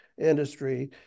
industry